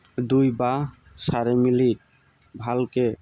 দুই বা চাৰি মিনিট ভালকৈ